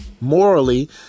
Morally